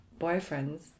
boyfriends